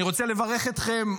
אני רוצה לברך אתכם,